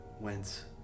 went